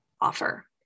offer